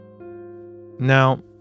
Now